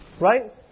Right